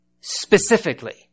specifically